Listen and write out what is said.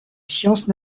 sciences